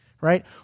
right